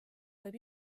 võib